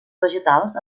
vegetals